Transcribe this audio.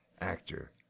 actor